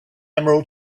emerald